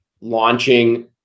launching